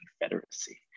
Confederacy